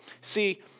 See